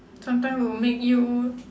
sometime will make you